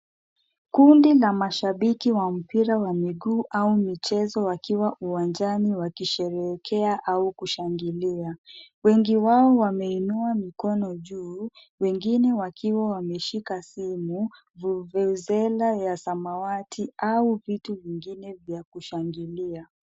Kundi la mashabiki wa mpira wa miguu au michezo, wakiwa uwanjani wakisherehekea au kushangilia. Wengi wao wameinua mikono juu, wengine wakiwa wameshika simu, vuvuzela ya samawati au vitu vingine vya kushangilia.